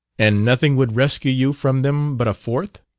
and nothing would rescue you from them but a fourth?